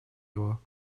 его